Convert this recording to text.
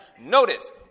Notice